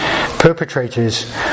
perpetrators